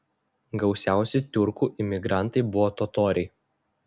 gausiausi tiurkų imigrantai buvo totoriai